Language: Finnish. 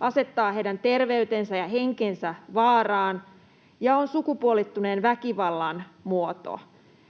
asettaa heidän terveytensä ja henkensä vaaraan ja on sukupuolittuneen väkivallan muoto.